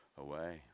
away